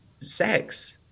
sex